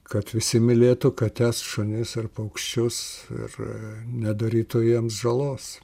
kad visi mylėtų kates šunis ar paukščius ir nedarytų jiems žalos